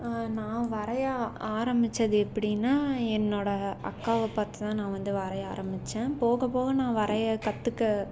நான் வரைய ஆரம்பித்தது எப்படின்னா என்னோடய அக்காவை பார்த்து தான் நான் வந்து வரைய ஆரம்பித்தேன் போக போக நான் வரைய கற்றுக்க